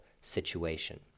situation